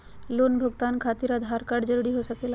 Loan भुगतान खातिर Aadhaar card जरूरी हो सके ला?